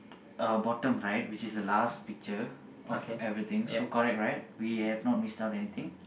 uh bottom right which is the last picture of everything so correct right we have not missed out anything